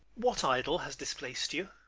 what idol has displaced you?